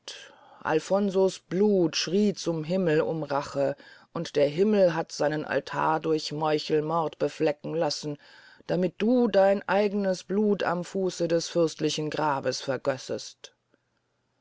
alfonso's blut schrie zum himmel um rache und der himmel hat seinen altar durch meuchelmord beflecken lassen damit du dein eignes blut am fuß des fürstlichen grabes vergößest